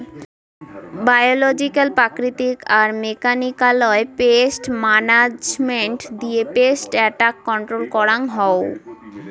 biological প্রাকৃতিক আর মেকানিক্যালয় পেস্ট মানাজমেন্ট দিয়ে পেস্ট এট্যাক কন্ট্রল করাঙ হউ